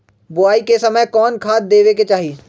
बोआई के समय कौन खाद देवे के चाही?